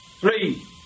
Three